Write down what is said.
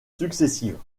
successives